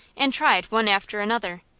and tried one after another,